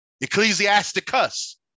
Ecclesiasticus